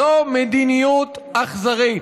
זו מדיניות אכזרית,